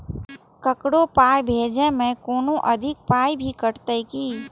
ककरो पाय भेजै मे कोनो अधिक पाय भी कटतै की?